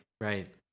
Right